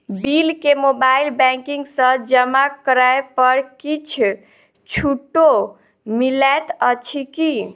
Bill केँ mobile banking सँ जमा करै पर किछ छुटो मिलैत अछि की?